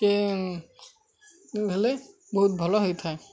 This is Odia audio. ସେ ହେଲେ ବହୁତ ଭଲ ହେଇଥାଏ